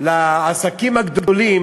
לעסקים הגדולים